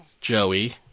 Joey